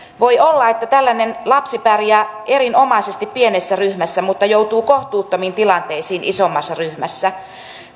voi olla että tällainen lapsi pärjää erinomaisesti pienessä ryhmässä mutta joutuu kohtuuttomiin tilanteisiin isommassa ryhmässä